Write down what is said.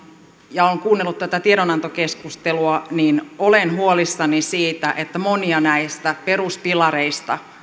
ja olen kuunnellut tätä tiedonantokeskustelua niin olen huolissani siitä että monia näistä peruspilareista